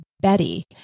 Betty